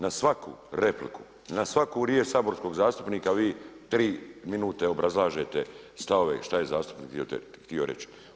Na svaku repliku, na svaku riječ saborskog zastupnika vi tri minute obrazlažete stavove šta je zastupnik htio reći.